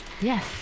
yes